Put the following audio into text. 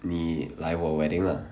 你来我 wedding lah